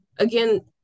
Again